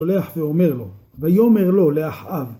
הולך ואומר לו, ויאמר לו לאחיו…